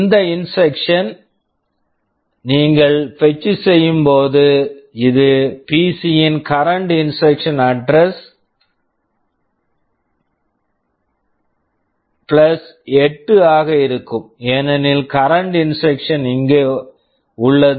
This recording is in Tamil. இந்த இன்ஸ்ட்ரக்ஷன் instruction ஐ நீங்கள் பெட்ச் fetch செய்யும் போது இது பிசி PC ன் current current instruction instruction address address plus PLUS 8 ஆக இருக்கும் ஏனெனில் கரண்ட் current இன்ஸ்ட்ரக்ஷன் instruction இங்கே உள்ளது